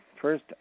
first